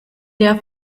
der